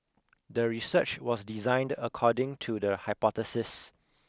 the research was designed according to the hypothesis